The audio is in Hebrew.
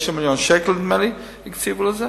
9 מיליוני שקל, נדמה לי, הקציבו לזה.